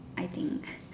I think